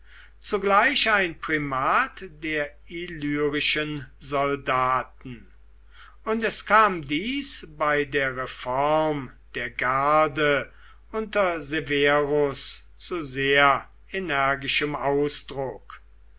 zugleich ein primat der illyrischen soldaten und es kam dies bei der reform der garde unter severus zu sehr energischem ausdruck